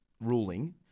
ruling